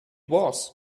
was